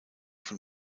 von